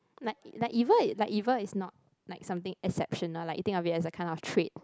like like evil like evil is not like something exceptional lah it think as a kind of trick